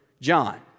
John